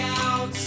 out